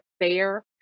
fair